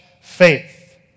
faith